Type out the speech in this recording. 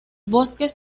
bosques